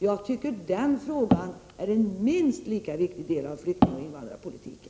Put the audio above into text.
Jag tycker att den frågan är minst lika viktig som andra i flyktingoch invandrarpolitiken.